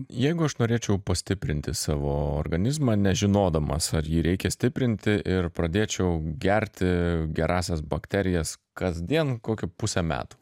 jeigu aš norėčiau pastiprinti savo organizmą nežinodamas ar jį reikia stiprinti ir pradėčiau gerti gerąsias bakterijas kasdien kokią pusę metų